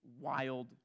wild